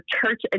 church